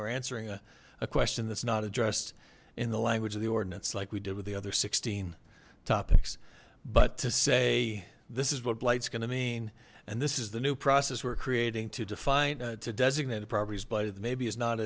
or answering a question that's not addressed in the language of the ordinance like we did with the other sixteen topics but to say this is what blight is going to mean and this is the new process we're creating to define to designated properties but it maybe